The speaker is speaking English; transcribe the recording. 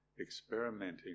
experimenting